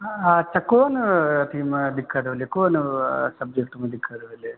अच्छा कोन अथीमे दिक्कत भेलै कोन सब्जैक्टमे दिक्कत भेलै